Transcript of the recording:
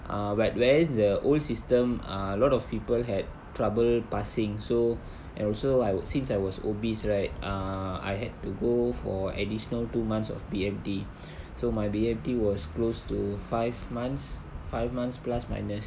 ah but whereas the old system uh a lot of people had trouble passing so and also I woul~ since I was obese right uh I had to go for additional two months of B_M_T so my B_M_T was close to five months five months plus minus